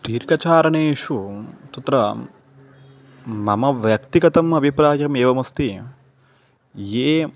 दीर्घचारणेषु तत्र मम व्यक्तिगतः अभिप्रायः एवम् अस्ति ये